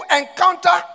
encounter